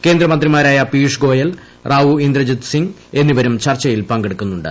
കേന്ദ്രമന്ത്രിമാരായ പിയൂഷ്ഗോയൽ റാവു ഇന്ദ്രജിത് സിംഗ് എന്നിവരും ചർച്ചയിൽ പങ്കെടുക്കുന്നുണ്ട്